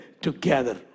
together